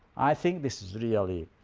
i think this is really